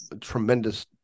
tremendous